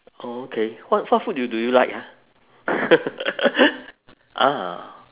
oh okay what what food do you like ah ah